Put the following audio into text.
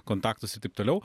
kontaktus ir taip toliau